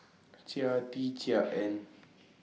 Chia Tee Chiak and